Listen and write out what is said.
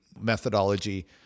methodology